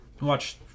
Watch